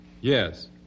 Yes